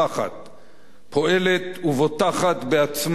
פועלת ובוטחת בעצמה ובזהותה.